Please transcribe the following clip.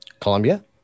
Colombia